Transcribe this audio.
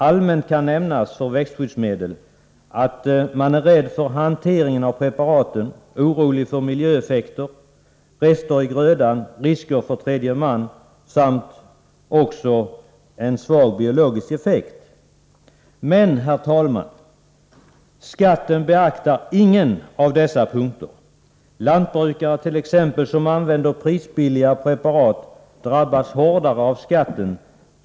Allmänt kan nämnas beträffande växtskyddsmedel, att man är rädd för hanteringen av preparaten, orolig för miljöeffekter, orolig för rester i grödan och för risken för tredje man — samt för en svag biologisk effekt. Men herr talman, skattesystemet beaktar ingen av dessa punkter. Lantbrukare som t.ex. använder prisbilliga preparat drabbas som regel hårdare av skatten.